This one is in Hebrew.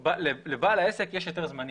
לבעל העסק יש היתר זמני.